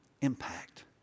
impact